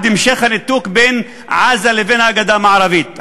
1. המשך הניתוק בין עזה לבין הגדה המערבית.